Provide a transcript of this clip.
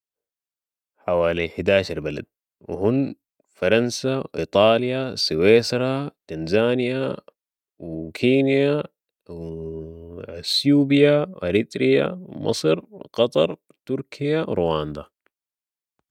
حوالي حداشر بلد وهن فرنسه و ايطاليا و سويسره و تنزانيا و كينيا و اثيوبيا و اريتريا و مصر و قطر و تركيا و رواندا.